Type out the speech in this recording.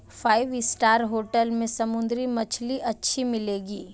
five star hotel में समुद्री मछली अच्छी मिलेंगी